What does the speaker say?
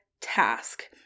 Task